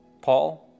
Paul